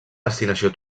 destinació